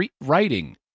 writing